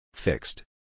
Fixed